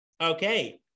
okay